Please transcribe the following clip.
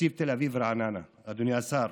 תקציב תל אביב-רעננה, אדוני השר,